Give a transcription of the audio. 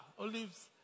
Olives